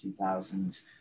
2000s